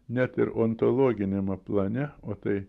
net ir ontologiniame plane o tai